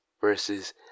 versus